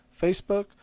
Facebook